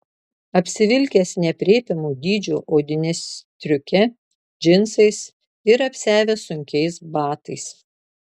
apsivilkęs neaprėpiamo dydžio odine stiuke džinsais ir apsiavęs sunkiais batais